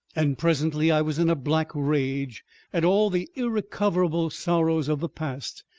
and presently i was in a black rage at all the irrecoverable sorrows of the past,